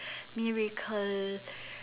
miracle